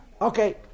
Okay